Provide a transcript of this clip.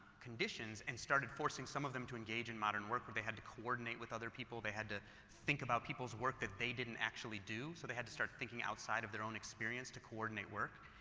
conditions and started forcing some them to engage in modern work, where they had to coordinate with other people, they had to think about people's work that they didn't actually do. so they had to start thinking outside of their own experience to coordinate work,